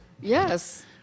Yes